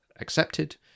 accepted